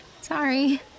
sorry